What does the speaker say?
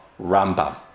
Rambam